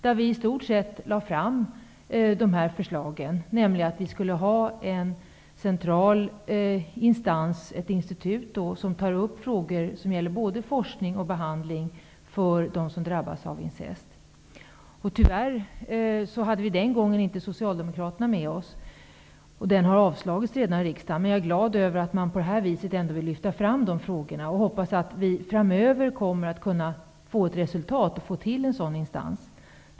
Det var i stort sett samma förslag vi lade fram, nämligen att vi skulle ha en central instans, ett institut, som tar upp frågor som gäller både forskning om och behandling av dem som drabbats av incest. Tyvärr hade vi den gången inte Socialdemokraterna med oss. Motionen har senare avslagits av riksdagen. Jag är glad över att man på detta vis ändå vill lyfta fram de frågorna och hoppas att vi framöver kommer att få ett resultat och skapa en sådan instans.